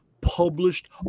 published